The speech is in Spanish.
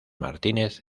martínez